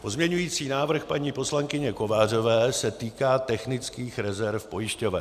Pozměňující návrh paní poslankyně Kovářové se týká technických rezerv pojišťoven.